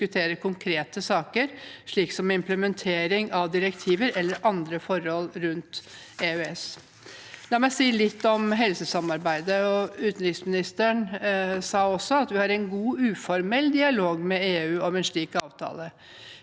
vi diskuterer konkrete saker, slik som implementering av direktiver eller andre forhold rundt EØS. La meg si litt om helsesamarbeidet – utenriksministeren sa det også: Vi har en god uformell dialog med EU om en slik avtale.